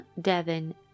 Devon